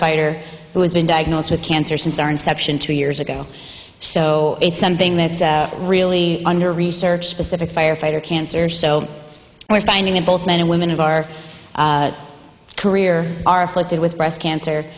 fighter who has been diagnosed with cancer since our inception two years ago so it's something that's really under research specific firefighter cancer so we're finding that both men and women of our career are afflicted with breast cancer